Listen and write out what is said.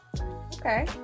Okay